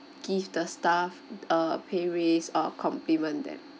give the staff a pay raise or compliment them